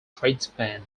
tradesmen